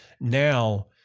now